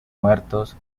muertos